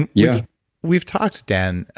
and yeah we've talked, dan,